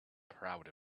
proud